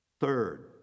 Third